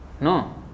No